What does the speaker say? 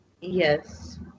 Yes